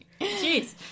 Jeez